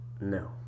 No